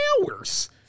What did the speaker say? hours